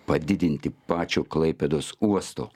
padidinti pačio klaipėdos uosto